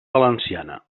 valenciana